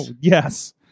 Yes